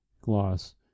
Gloss